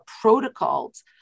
protocols